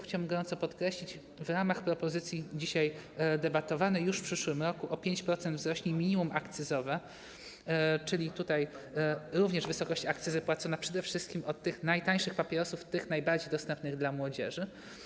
Chciałbym gorąco podkreślić, że w ramach propozycji, nad którą dzisiaj debatujemy, już w przyszłym roku o 5% wzrośnie minimum akcyzowe, czyli chodzi tutaj również o wysokość akcyzy płaconej przede wszystkim od tych najtańszych papierosów, tych najbardziej dostępnych dla młodzieży.